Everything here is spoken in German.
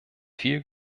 viel